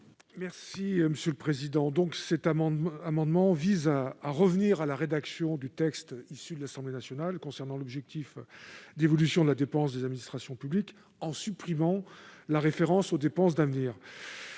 M. Didier Rambaud. Cet amendement vise à revenir à la rédaction de l'Assemblée nationale concernant l'objectif d'évolution de la dépense des administrations publiques, en supprimant la référence aux « dépenses d'avenir